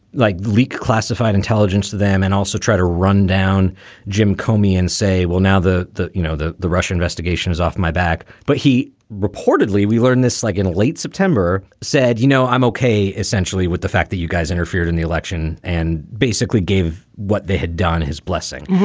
like leak classified intelligence to them and also try to run down jim comey and say, well, now the the you know, the the russia investigation is off my back. but he reportedly we learned this like in late september, said, you know, i'm okay essentially with the fact that you guys interfered in the election and basically gave what they had done his blessing.